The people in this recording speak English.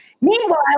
Meanwhile